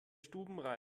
stubenrein